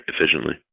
efficiently